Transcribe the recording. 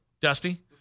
Dusty